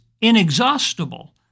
inexhaustible